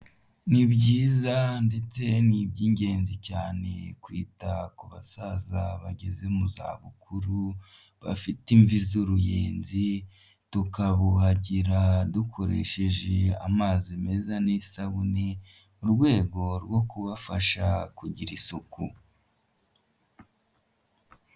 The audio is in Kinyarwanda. Ni byiza ndetse ni iby'ingenzi cyane, kwita ku basaza bageze mu za bukuru bafite imvi z'uruyenzi, tukabuhagira dukoresheje amazi meza n'isabune, mu rwego rwo kubafasha kugira isuku.